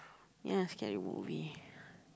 ya scary movie